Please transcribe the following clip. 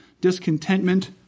discontentment